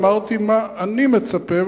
אמרתי למה אני מצפה,